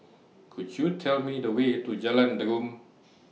Could YOU Tell Me The Way to Jalan Derum